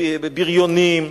בריונים,